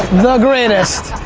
the greatest,